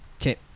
Okay